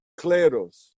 cleros